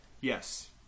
Yes